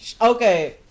Okay